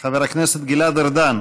חבר הכנסת גלעד ארדן